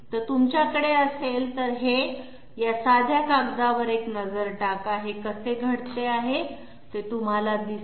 तर तुमच्याकडे असेल तर हे या साध्या कागदावर एक नजर टाका हे कसे घडत आहे ते तुम्हाला दिसेल